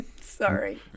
Sorry